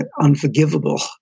unforgivable